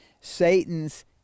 Satan's